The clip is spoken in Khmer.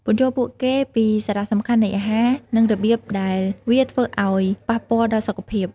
ពន្យល់ពួកគេពីសារៈសំខាន់នៃអាហារ និងរបៀបដែលវាធ្វើអោយប៉ះពាល់ដល់សុខភាព ។